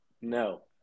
no